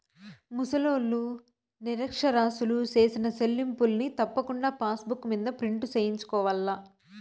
ముసలోల్లు, నిరచ్చరాసులు సేసిన సెల్లింపుల్ని తప్పకుండా పాసుబుక్ మింద ప్రింటు సేయించుకోవాల్ల